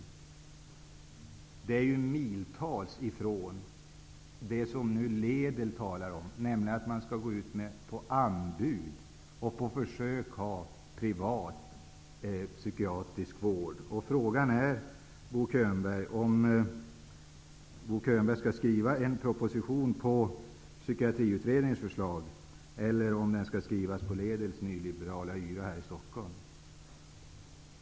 Detta är ju miltals ifrån det som Lédel talar om, nämligen att man skall ta in anbud och på försök ha privat psykiatrisk vård. Frågan är om Bo Könberg skall skriva en proposition som bygger på Psykiatriutredningens förslag eller på Lédels nyliberala yra här i Stockholm.